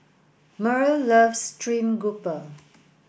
Myrle loves stream grouper